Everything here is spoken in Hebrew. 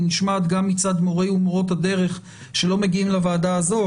היא נשמעת גם מצד מורי ומורות הדרך שלא מגיעים לוועדה הזו,